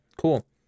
cool